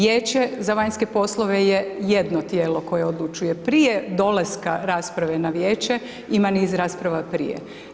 Vijeće za vanjske poslove je jedno tijelo koje odlučuje, prije dolaska rasprave na Vijeće, ima niz rasprava prije.